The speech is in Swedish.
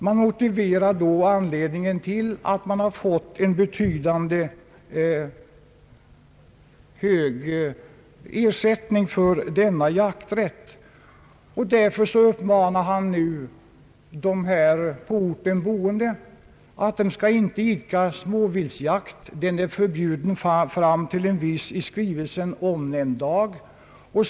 Man motiverar beslutet med att jaktlaget fått betala en relativt hög arrendesumma för jakträtten. Vidare uppmanas de på orten boende att inte idka småviltjakt — den är förbjuden fram till en viss i skrivelsen omnämnd dag.